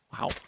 Wow